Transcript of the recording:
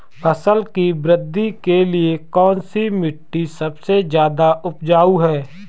फसल की वृद्धि के लिए कौनसी मिट्टी सबसे ज्यादा उपजाऊ है?